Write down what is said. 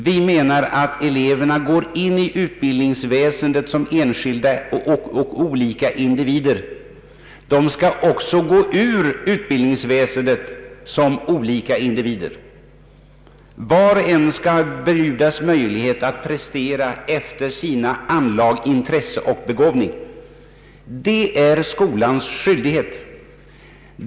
Vi menar att eleverna går in i utbildningsväsendet som enskilda och olika individer och att de också bör gå ut ur utbildningsväsendet som olika individer. Var och en skall bjudas möjlighet att prestera efter anlag, intresse och begåvning — det är skolans skyldighet.